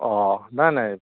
অঁ নাই নাই